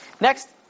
next